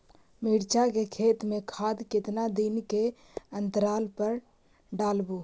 मिरचा के खेत मे खाद कितना दीन के अनतराल पर डालेबु?